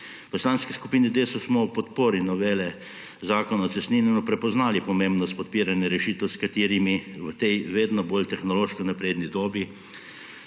V Poslanski skupini Desus smo ob podpori novele Zakona o cestninjenju prepoznali pomembnost podpiranja rešitev, s katerimi v tej vedno bolj tehnološko napredni dobi